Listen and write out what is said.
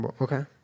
Okay